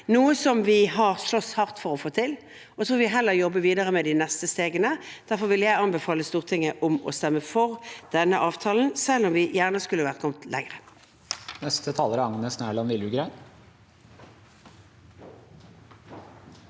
noe vi har slåss hardt for å få til. Så får vi heller jobbe videre med de neste stegene. Derfor vil jeg anbefale Stortinget å stemme for denne avtalen, selv om vi gjerne skulle ha kommet lenger.